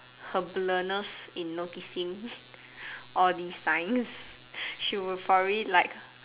her blurness in noticing all these signs she would probably like